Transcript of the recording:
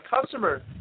customer